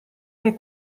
che